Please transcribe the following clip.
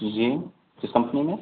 जी किस कम्पनी में